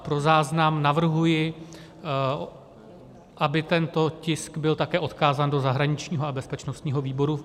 Pro záznam navrhuji, aby tento tisk byl také odkázán do zahraničního a bezpečnostního výboru.